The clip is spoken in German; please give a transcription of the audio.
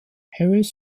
harris